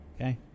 Okay